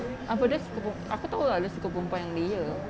apa dia suka aku tahu lah dia suka perempuan yang layer